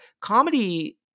comedy